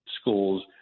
schools